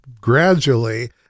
gradually